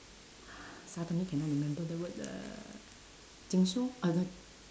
suddenly cannot remember the word uh uh